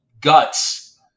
guts